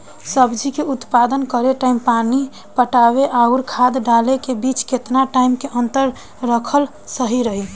सब्जी के उत्पादन करे टाइम पानी पटावे आउर खाद डाले के बीच केतना टाइम के अंतर रखल सही रही?